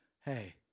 hey